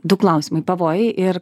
du klausimai pavojai ir